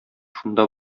шунда